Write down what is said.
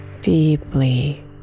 deeply